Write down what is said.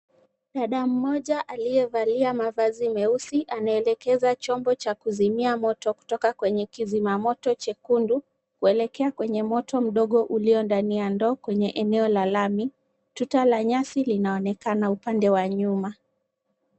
Dada mmoja aliyevalia mavazi meusi anaelekeza chombo cha kuzimia moto kutoka kwenye kizima moto chekundu kuelekea kwenye moto mdogo ulio ndani ya ndoo, kwenye eneo la lami/tuta la nyasi, linaonekana upande wa nyuma.